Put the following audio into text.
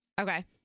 Okay